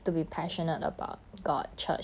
can you ever date someone who is not christian